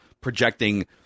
projecting